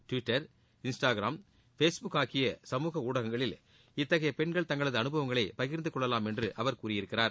Twitter Instagram Facebook ஆகிய சமூக ஊடகங்களில் இத்தகைய பெண்கள் தங்களது அனுபவங்களை பகிர்ந்து கொள்ளலாம் என்று அவர் கூறியுள்ளார்